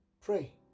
pray